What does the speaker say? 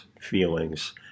feelings